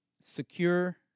secure